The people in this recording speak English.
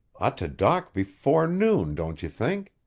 ought to dock before noon, don't you think?